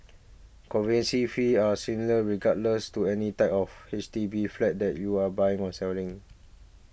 conveyance fees are similar regardless of the type of H D B flat that you are buying or selling